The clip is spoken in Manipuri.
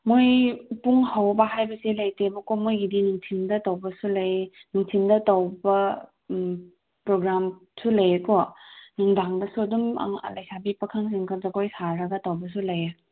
ꯃꯣꯏ ꯄꯨꯡ ꯍꯧꯕ ꯍꯥꯏꯕꯁꯦ ꯂꯩꯇꯦꯕ ꯀꯣ ꯃꯣꯏꯒꯤꯗꯤ ꯅꯨꯡꯊꯤꯜꯗ ꯇꯧꯕꯁꯨ ꯂꯩ ꯅꯨꯡꯊꯤꯜꯗ ꯇꯧꯕ ꯄ꯭ꯔꯣꯒ꯭ꯔꯥꯝꯁꯨ ꯂꯩꯌꯦꯀꯣ ꯅꯨꯡꯗꯥꯡꯗꯁꯨ ꯑꯗꯨꯝ ꯂꯩꯁꯥꯕꯤ ꯄꯥꯈꯪꯁꯤꯡꯒ ꯖꯒꯣꯏ ꯁꯥꯔꯒ ꯇꯧꯕꯁꯨ ꯂꯩ